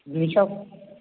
दुइस'